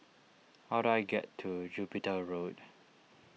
how do I get to Jupiter Road